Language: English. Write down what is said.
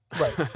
Right